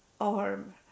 arm